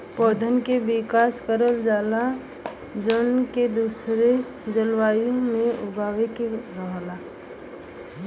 पौधन के विकास करल जाला जौन के दूसरा जलवायु में उगावे के रहला